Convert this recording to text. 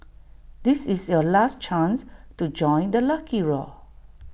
this is your last chance to join the lucky raw